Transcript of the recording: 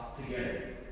together